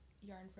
yarn